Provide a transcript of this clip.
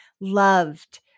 loved